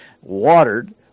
watered